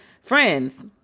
friends